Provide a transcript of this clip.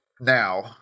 now